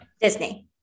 disney